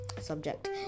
subject